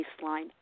baseline